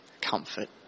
comfort